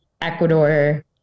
Ecuador